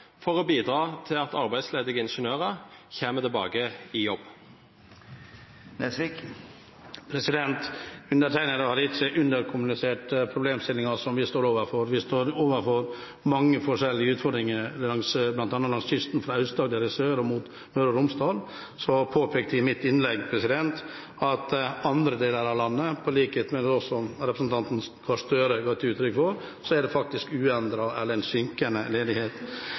for å bidra til at arbeidsledige ingeniører kommer tilbake i jobb. Undertegnede har ikke underkommunisert problemstillingen som vi står overfor. Vi står overfor mange forskjellige utfordringer, bl.a. annet langs kysten fra Aust-Agder i sør og oppover mot Møre og Romsdal. Så påpekte jeg i mitt innlegg – i likhet med det som representanten Gahr Støre ga uttrykk for – at det i andre deler av landet faktisk er en uendret eller synkende ledighet.